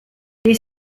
les